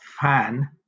fan